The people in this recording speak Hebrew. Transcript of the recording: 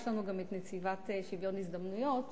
גם את נציבת שוויון הזדמנויות,